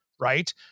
right